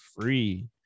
free